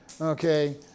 Okay